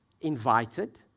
invited